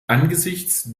angesichts